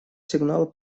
сигнал